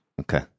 Okay